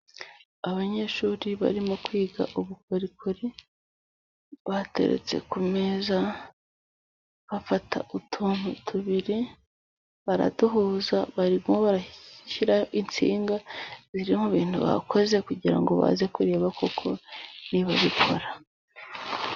Abanyeshuri barimo kwiga ubukorikori, bateretse ku meza bafata utuntu tubiri baraduhuza. Barimo barashyira insinga ziri mu bintu bakoze kugira ngo baze kureba ko niba bikora.